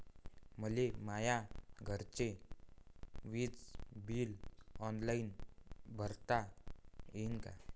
मले माया घरचे विज बिल ऑनलाईन भरता येईन का?